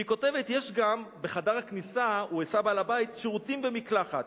היא כותבת: "בחדר הכניסה עשה בעל-הבית שירותים ומקלחת.